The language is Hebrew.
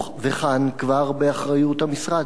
וכאן כבר באחריות המשרד.